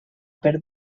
per